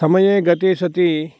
समये गते सति